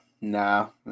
No